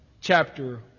chapter